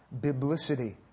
biblicity